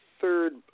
third